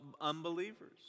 unbelievers